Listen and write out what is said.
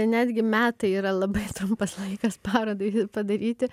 netgi metai yra labai trumpas laikas parodai padaryti